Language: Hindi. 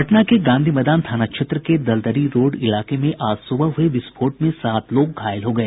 पटना के गांधी मैदान थाना क्षेत्र के दलदली रोड इलाके में आज सुबह हुए विस्फोट में सात लोग घायल हो गए